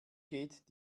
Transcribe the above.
geht